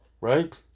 Right